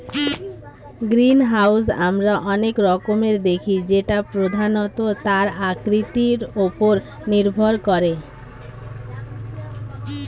greenhouse আমরা অনেক রকমের দেখি যেটা প্রধানত তার আকৃতির ওপর নির্ভর করে